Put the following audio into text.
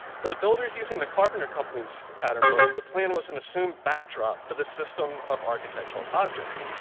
for the builders using the carpenter companies pattern book, the plan was an assumed backdrop for the system of architectural objects.